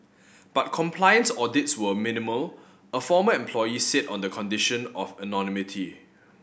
but compliance audits were minimal a former employee said on the condition of anonymity